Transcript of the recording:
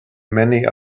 many